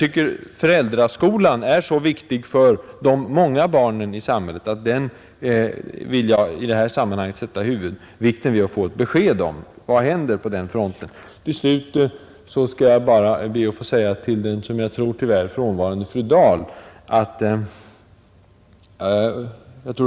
Men föräldraskolan är så viktig för de många barnen i samhället, att den vill jag i detta sammanhang lägga huvudvikten vid, och få ett besked om. Vad händer på den fronten? Till slut skall jag bara be att få säga en sak till fru Dahl, som jag tror tyvärr är frånvarande nu.